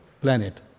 planet